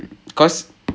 mm okay K